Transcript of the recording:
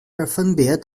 分别